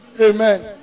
Amen